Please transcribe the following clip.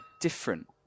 different